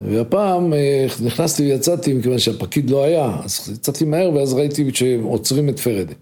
והפעם נכנסתי ויצאתי, מכיוון שהפקיד לא היה, אז יצאתי מהר ואז ראיתי שעוצרים את פרדי.